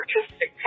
artistic